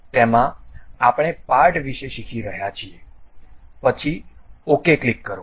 તેમાં આપણે પાર્ટ વિશે શીખી રહ્યાં છે પછી OK ક્લિક કરો